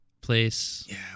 place